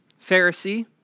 Pharisee